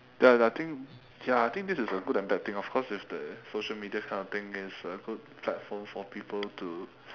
ya ya I think ya I think this is a good and bad thing of course the social media kind of thing is a good platform for people to